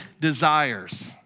desires